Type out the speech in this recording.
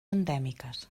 endèmiques